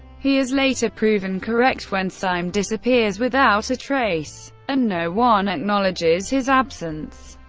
he is later proven correct when syme disappears without a trace, and no one acknowledges his absence.